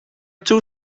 two